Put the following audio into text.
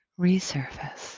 resurface